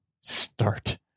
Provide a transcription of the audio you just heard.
start